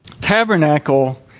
tabernacle